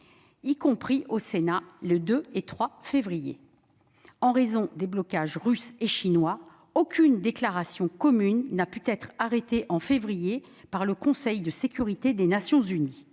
y compris au Sénat le 3 février dernier. En raison des blocages russes et chinois, aucune déclaration commune n'a pu être arrêtée en février par le Conseil de sécurité des Nations unies.